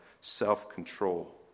self-control